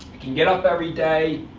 can get up every day.